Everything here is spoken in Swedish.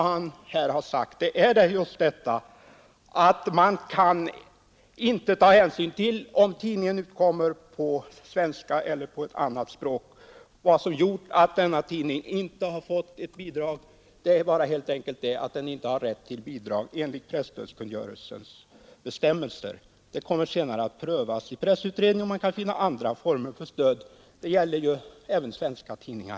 Han har sagt att man inte kan ta hänsyn till om tidningen utkommer på svenska eller på annat språk. Vad som gjort att denna tidning inte fått bidrag är helt enkelt att den inte har rätt till bidrag enligt presstödskungörelsens bestämmelser. Pressutredningen kommer senare att pröva om man kan finna andra former för stöd. En sådan prövning gäller även svenska tidningar.